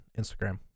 Instagram